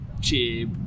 cheap